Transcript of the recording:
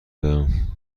دهم